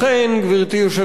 גברתי היושבת-ראש,